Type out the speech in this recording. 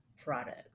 product